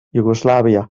iugoslàvia